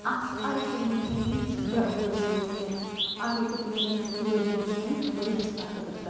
अस हर इक्क रलीजन गी बराबर समझदे हर इक्क रलीजन दूऐ रलीजन गी बड़ी रिस्पैक्ट करदा